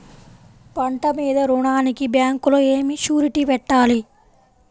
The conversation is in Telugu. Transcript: పంట మీద రుణానికి బ్యాంకులో ఏమి షూరిటీ పెట్టాలి?